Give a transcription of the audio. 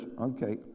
okay